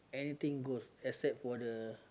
anything goes except for the